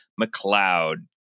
McLeod